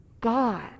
God